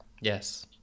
Yes